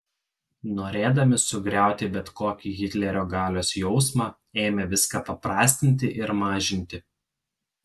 norėdami sugriauti bet kokį hitlerio galios jausmą ėmė viską paprastinti ir mažinti